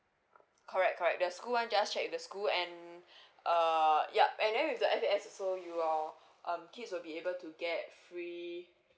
correct correct the school one just check with the school and err yup and then with the F_A_S also your um kids will be able to get free